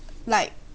like